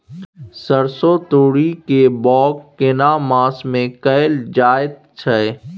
सरसो, तोरी के बौग केना मास में कैल जायत छै?